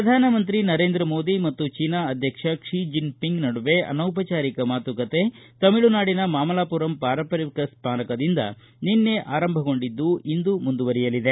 ಪ್ರಧಾನಮಂತ್ರಿ ನರೇಂದ್ರ ಮೋದಿ ಮತ್ತು ಚೀನಾ ಅಧ್ಯಕ್ಷ ಕ್ಷಿ ಜನ್ ಪಿಂಗ್ ನಡುವೆ ಅನೌಪಚಾರಿಕ ಮಾತುಕತೆ ತಮಿಳುನಾಡಿನ ಮಾಮಲಪುರಂ ಪಾರಂಪರಿಕ ಸ್ಮಾರಕದಿಂದ ನಿನ್ನೆ ಆರಂಭಗೊಂಡಿದ್ದು ಇಂದು ಮುಂದುವರೆಯಲಿದೆ